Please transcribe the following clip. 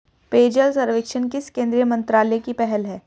पेयजल सर्वेक्षण किस केंद्रीय मंत्रालय की पहल है?